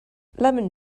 lemon